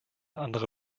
andere